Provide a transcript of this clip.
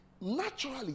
Naturally